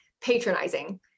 patronizing